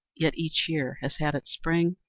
yet each year has had its spring,